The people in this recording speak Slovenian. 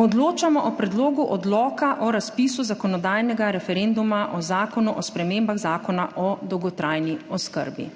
Odločamo o Predlogu odloka o razpisu zakonodajnega referenduma o Zakonu o spremembah Zakona o dolgotrajni oskrbi.